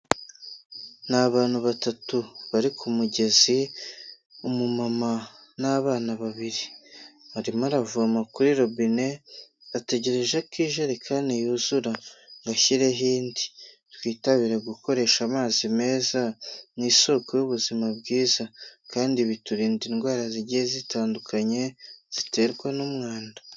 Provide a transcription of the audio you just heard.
Ni abantu batatu bari ku mugezi umumama n'abana babiri, arimo aravoma kuri robine ategereje ko ijerekani yuzura ngo ashyireho indi, twitabire gukoresha amazi meza ni isoko y'ubuzima bwiza kandi biturinda indwara zigiye zitandukanye ziterwa n'umwanda.